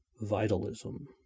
vitalism